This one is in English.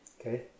Okay